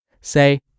say